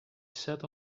sat